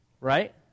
Right